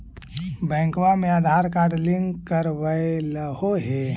बैंकवा मे Aadhaar card link करवैलहो है?